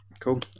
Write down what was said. cool